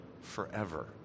forever